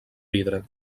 vidre